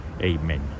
Amen